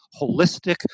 holistic